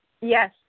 yes